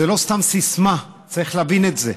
זו לא סתם סיסמה, צריך להבין את זה.